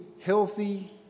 healthy